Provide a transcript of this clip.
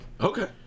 Okay